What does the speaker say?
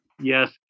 Yes